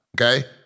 Okay